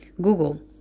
Google